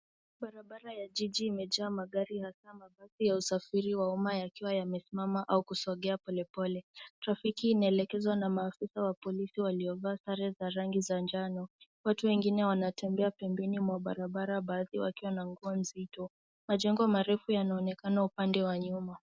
Barabara ya jiji imejaa magari hasa mabasi ya usafiri wa umma yakiwa yamesimama au kusogea polepole. Trafiki inaelekezwa na maafisa wa polisi waliovaa sare za rangi za njano. Watu wengine wanatembea pembeni mwa barabara baadhi wakiwa na nguo nzito. Majengo marefu yanaonekana upande wa nyuma.